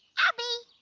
abby.